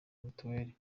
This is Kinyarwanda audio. mitiweli